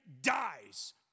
dies